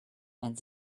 and